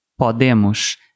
PODEMOS